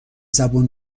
زبون